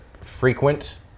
frequent